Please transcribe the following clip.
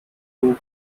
two